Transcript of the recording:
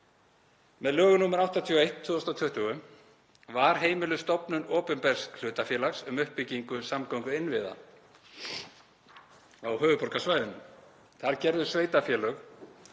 Með lögum nr. 81/2020 var heimiluð stofnun opinbers hlutafélags um uppbyggingu samgönguinnviða á höfuðborgarsvæðinu. Þar gerðu sveitarfélög